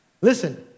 listen